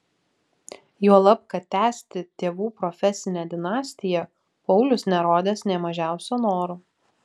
juolab kad tęsti tėvų profesinę dinastiją paulius nerodęs nė mažiausio noro